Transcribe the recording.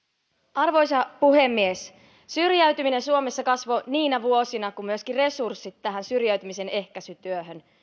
arvoisa puhemies syrjäytyminen suomessa kasvoi niinä vuosina kun myöskin resurssit syrjäytymisen ehkäisytyöhön